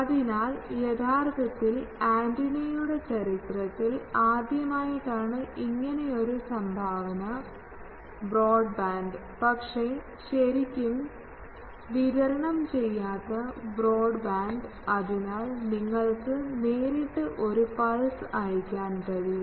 അതിനാൽ യഥാർത്ഥത്തിൽ ആന്റിനയുടെ ചരിത്രത്തിൽ ആദ്യമായിട്ടാണ് ഇങ്ങനെ ഒരു സംഭാവന ബ്രോഡ്ബാൻഡ് പക്ഷേ ശരിക്കും വിതരണം ചെയ്യാത്ത ബ്രോഡ്ബാൻഡ് അതിനാൽ നിങ്ങൾക്ക് നേരിട്ട് ഒരു പൾസ് അയയ്ക്കാൻ കഴിയും